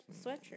sweatshirt